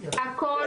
הכל,